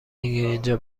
اینجا